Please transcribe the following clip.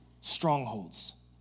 Strongholds